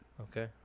Okay